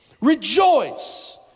Rejoice